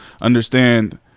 understand